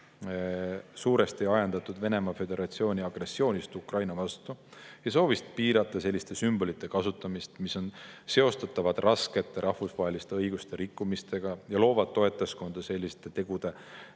suuresti ajendatud Venemaa Föderatsiooni agressioonist Ukraina vastu, ning soovist piirata selliste sümbolite kasutamist, mis on seostatavad raskete rahvusvaheliste õiguste rikkumistega ja loovad toetajaskonda selliste tegude